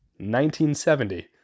1970